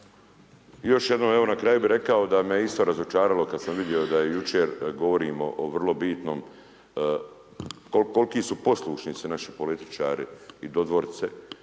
još jednom evo na kraju bi rekao da me isto razočaralo kad sam vidio da je jučer govorimo o vrlo bitnom kolki su poslušnici naši političari i dodvorice